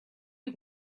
you